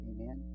Amen